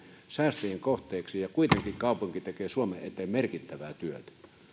säästöjen kohteeksi ja kuitenkin kaupunki tekee suomen eteen merkittävää työtä